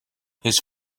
his